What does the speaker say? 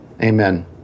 Amen